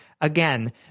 Again